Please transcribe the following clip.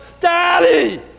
Daddy